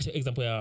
Example